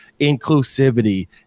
inclusivity